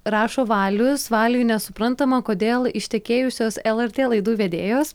rašo valius valiui nesuprantama kodėl ištekėjusios lrt laidų vedėjos